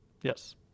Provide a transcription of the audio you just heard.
Yes